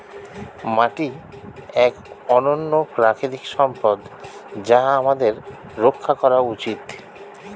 মাটি এক অনন্য প্রাকৃতিক সম্পদ যা আমাদের রক্ষা করা উচিত